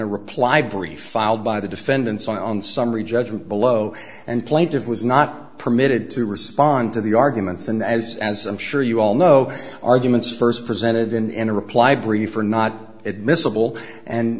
a reply brief filed by the defendants on summary judgment below and plaintive was not permitted to respond to the arguments and as as i'm sure you all know arguments first presented in a reply brief are not admissible and